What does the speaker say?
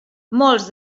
molts